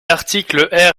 articles